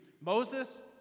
Moses